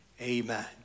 Amen